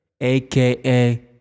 aka